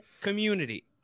community